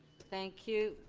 thank you.